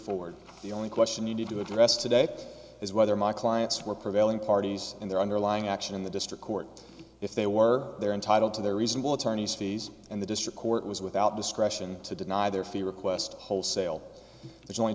straightforward the only question you need to address today is whether my clients were prevailing parties in their underlying action in the district court if they were they're entitled to their reasonable attorney's fees and the district court was without discretion to deny their fee request wholesale there's only